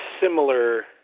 similar